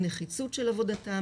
הנחיצות של עבודתם,